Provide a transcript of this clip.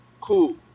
Cool